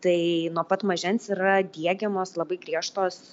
tai nuo pat mažens yra diegiamos labai griežtos